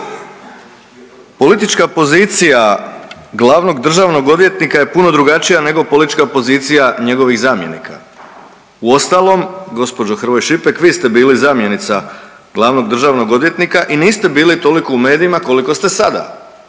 Politička pozicija glavnog državnog odvjetnika je puno drugačija nego politička pozicija njegovih zamjenika. Uostalom, gđo. Hrvoj Šipek, vi ste bili zamjenica glavnog državnog odvjetnika i niste bili toliko u medijima koliko ste sada,